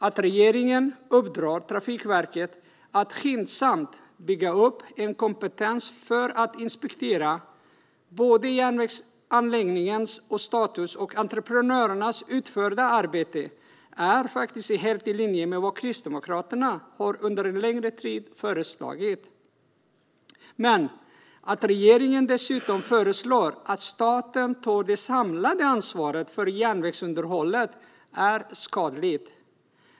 Att regeringen uppdrar åt Trafikverket att skyndsamt bygga upp en kompetens för att inspektera både järnvägsanläggningens status och entreprenörernas utförda arbete är faktiskt helt i linje med vad Kristdemokraterna under en längre tid har föreslagit. Men att regeringen dessutom föreslår att staten ska ta det samlade ansvaret för järnvägsunderhållet är skadligt.